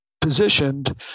positioned